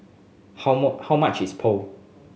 how much is Pho